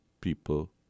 People